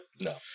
No